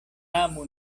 amu